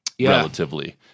relatively